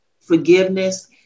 forgiveness